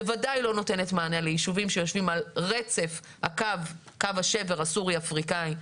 בוודאי לא נותנת מענה לאזורים שיושבים על רצף קו השבר הסורי אפריקאי.